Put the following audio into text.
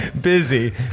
busy